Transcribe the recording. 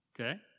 Okay